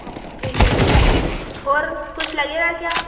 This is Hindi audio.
ओके ठीक है ठीक है और कुछ लगेगा क्या